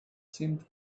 seemed